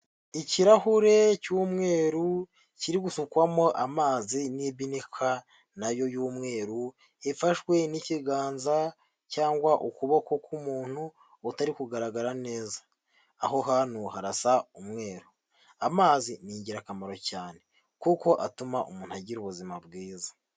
Ikirahure cy'umweru kiri gusukwamo amazi n'ibinika nayo y'umweru, ifashwe n'ikiganza cyangwa ukuboko k'umuntu utari kugaragara neza, aho hantu harasa umweru, amazi ni ingirakamaro cyane, kuko atuma umuntu agira ubuzima bwiza.